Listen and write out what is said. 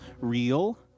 Real